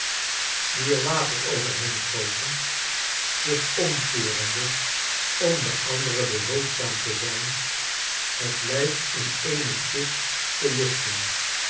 bakten vert rome overheen goten zich omkeerende om den ander behulpzaam te zijn het lijk in eene kist te lichten